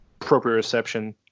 proprioception